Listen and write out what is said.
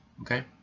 okay